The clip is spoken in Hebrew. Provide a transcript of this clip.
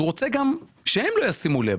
הוא רוצה שגם הם לא ישימו לב.